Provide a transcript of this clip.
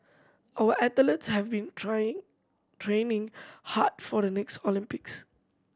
our athletes have been trying training hard for the next Olympics